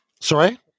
Sorry